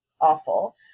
awful